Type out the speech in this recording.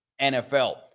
NFL